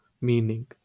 meaning